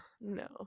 no